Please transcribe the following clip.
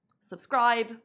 Subscribe